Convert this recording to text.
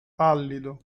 pallido